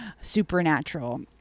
supernatural